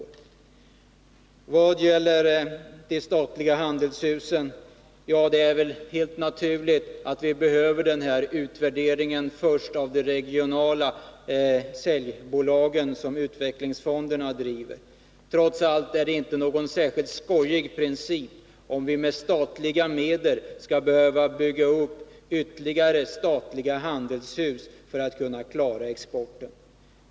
I vad gäller de statliga handelshusen är det väl helt naturligt att vi först behöver denna utvärdering av de regionala säljbolagen, som utvecklingsfonderna driver. Trots allt är det inte någon särskilt trevlig princip, om vi med statliga medel skall behöva bygga upp ytterligare statliga handelshus för att kunna klara exporten.